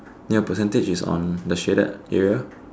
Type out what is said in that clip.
ya percentage is on the shaded area